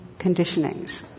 conditionings